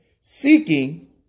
seeking